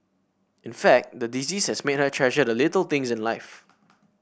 in fact the disease has made her treasure the little things in life